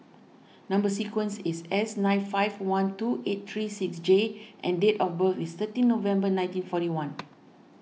Number Sequence is S nine five one two eight three six J and date of birth is thirteen November nineteen forty one